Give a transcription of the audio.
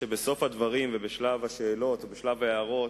שבו בסוף הדברים ובשלב השאלות או בשלב ההערות,